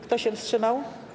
Kto się wstrzymał?